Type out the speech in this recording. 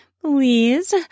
Please